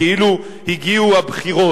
כאילו הגיעו הבחירות.